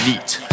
neat